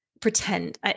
pretend